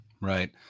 Right